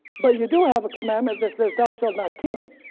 but you do have a commandment that says thou shalt not kill.